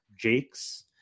Jakes